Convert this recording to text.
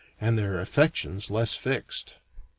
and their affections less fixed.